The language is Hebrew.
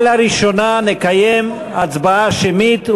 על הראשונה נקיים הצבעה שמית,